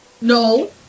No